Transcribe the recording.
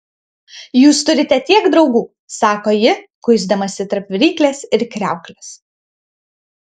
jūs turite tiek draugų sako ji kuisdamasi tarp viryklės ir kriauklės